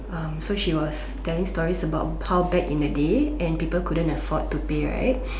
so she was telling stories about how back in the day and people couldn't afford to pay right